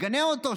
שתגנה אותו,